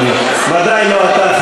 בוודאי לא אתה,